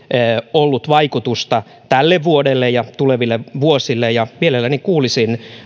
ollut vaikutusta tälle vuodelle ja tuleville vuosille mielelläni kuulisin